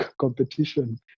competition